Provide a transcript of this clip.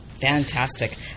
Fantastic